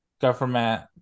government